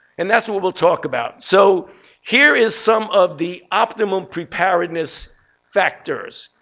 and that's what we'll talk about. so here is some of the optimum preparedness factors.